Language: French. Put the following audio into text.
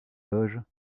loges